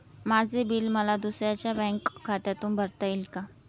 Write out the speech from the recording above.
माझे बिल मला दुसऱ्यांच्या बँक खात्यातून भरता येईल का?